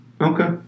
Okay